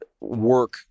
work